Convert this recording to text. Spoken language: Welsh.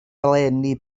ngoleuni